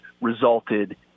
resulted